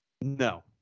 No